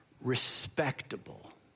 respectable